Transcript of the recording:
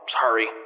hurry